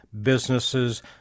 businesses